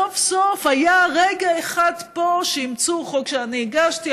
סוף-סוף היה רגע אחד פה שאימצו חוק שאני הגשתי,